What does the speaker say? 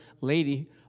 lady